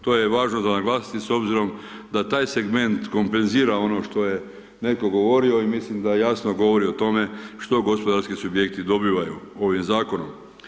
To je važno za naglasiti, s obzirom da taj segment kompenzira ono što je netko govorio i mislim da jasno govori o tome, što gospodarski subjekti dobivaju ovim zakonom.